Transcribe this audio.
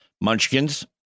Munchkins